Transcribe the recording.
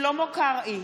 שלמה קרעי,